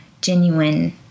genuine